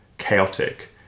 Chaotic